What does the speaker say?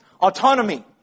Autonomy